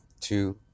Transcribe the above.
two